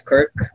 Kirk